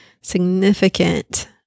significant